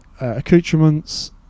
accoutrements